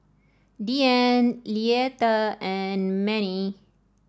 Deann Leatha and Mannie